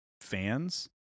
fans